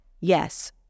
Yes